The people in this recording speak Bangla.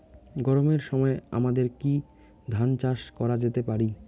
গরমের সময় আমাদের কি ধান চাষ করা যেতে পারি?